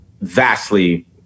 vastly